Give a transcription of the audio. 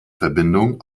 verbindung